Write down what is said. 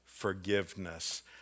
forgiveness